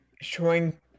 showing